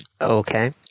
Okay